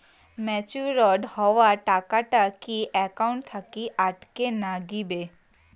Matured হওয়া টাকাটা কি একাউন্ট থাকি অটের নাগিবে?